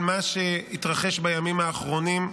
על מה שהתרחש בימים האחרונים,